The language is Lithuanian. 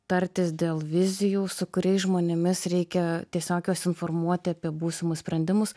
tartis dėl vizijų su kuriais žmonėmis reikia tiesiog juos informuoti apie būsimus sprendimus